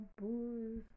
booze